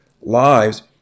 lives